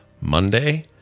Monday